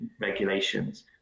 regulations